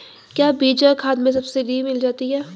क्या बीज और खाद में सब्सिडी मिल जाती है?